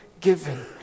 given